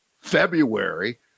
February